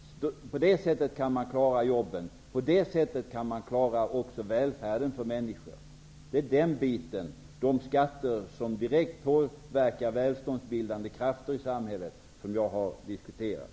På det sättet kan man klara jobben och välfärden. Det är den biten och de skatter som direkt påverkar välståndsbildande krafter i samhället som jag har diskuterat.